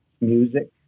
music